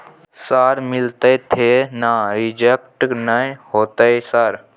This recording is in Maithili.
सर मिलते थे ना रिजेक्ट नय होतय सर?